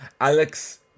Alex